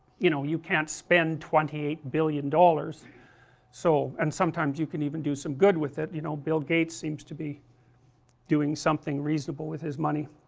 you know you can't spend twenty eight billion dollars so, and sometimes you can even do some good with it, you know, bill gates seems to be doing something reasonable with his money,